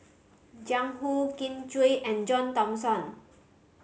Jiang Hu Kin Chui and John Thomson